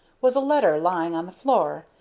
was a letter lying on the floor,